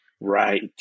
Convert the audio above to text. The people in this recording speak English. Right